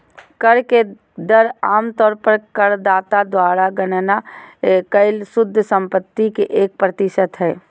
कर के दर आम तौर पर करदाता द्वारा गणना कइल शुद्ध संपत्ति के एक प्रतिशत हइ